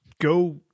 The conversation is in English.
go